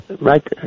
right